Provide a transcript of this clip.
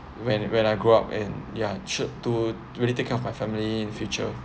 when when I grow up and ya to really take care of my family in future